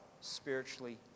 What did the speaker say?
Spiritually